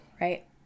Right